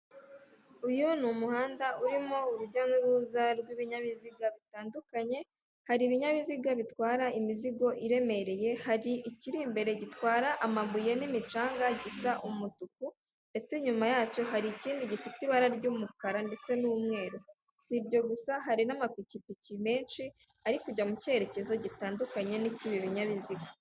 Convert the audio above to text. Uyu ni umuhanda urimo urujya n'uruza rw'ibinyabiziga bitandukanye, hari ibinyabiziga bitwara imizigo iremereye, hari ikiri imbere gitwara amabuye n'imicanga gisa umutuku, ndetse inyuma yacyo, hari ikindi gifite ibara ry'umukara ndetse n'umweru. Si ibyo gusa hari n'amapikipiki menshi ari kujya mu cyerekezo gitandukanye n'ik'ibi binyabiziga.